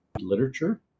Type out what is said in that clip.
literature